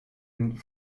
een